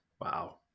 wow